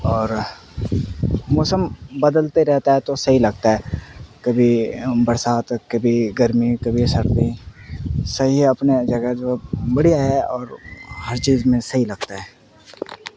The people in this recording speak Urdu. اور موسم بدلتے رہتا ہے تو سہی لگتا ہے کبھی برسات کبھی گرمی کبھی سردی سہی اپنے جگہ جو بڑھیا ہے اور ہر چیز میں سہی لگتا ہے